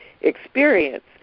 experience